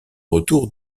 retour